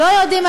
לא יודעים,